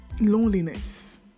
loneliness